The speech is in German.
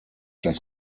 das